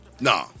No